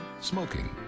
Smoking